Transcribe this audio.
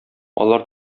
алар